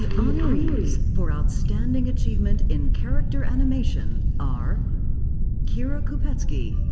um honorees for outstanding achievement in character animation are kyra kupetsky.